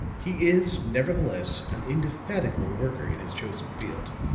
he is nevertheless an indefatigable worker in his chosen field.